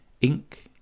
ink